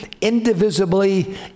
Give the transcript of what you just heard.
indivisibly